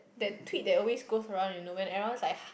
that tweet that always goes around you know when everyone's like